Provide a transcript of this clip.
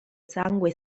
sangue